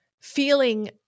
feeling